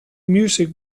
music